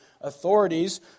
authorities